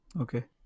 Okay